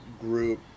group